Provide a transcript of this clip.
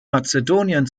mazedonien